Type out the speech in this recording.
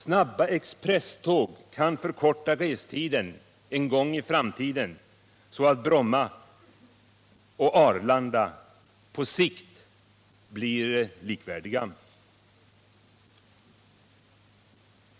Snabba expresståg kan förkorta restiden en gång i framtiden så att Bromma och Arlanda på sikt blir likvärdiga.